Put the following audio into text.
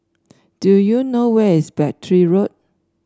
do you know where is Battery Road